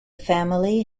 family